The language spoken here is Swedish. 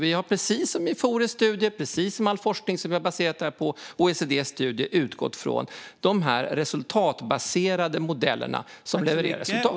Vi har precis som Fores studie, precis som all forskning som vi har baserat detta på och precis som OECD:s studie utgått från de resultatbaserade modellerna, som levererar resultat.